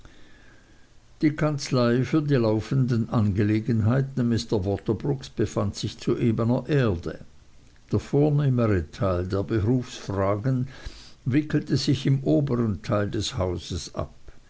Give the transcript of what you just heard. die kanzlei für die laufenden angelegenheiten mr waterbroocks befand sich zu ebner erde der vornehmere teil der berufsfragen wickelte sich im obern teil des hauses ab